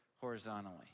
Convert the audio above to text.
horizontally